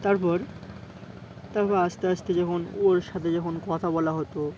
তারপর তারপর আস্তে আস্তে যখন ওর সাথে যখন কথা বলা হতো